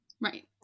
Right